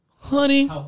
honey